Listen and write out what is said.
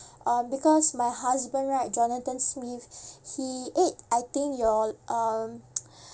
uh because my husband right jonathan smith he ate I think your uh